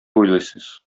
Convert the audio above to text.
уйлыйсыз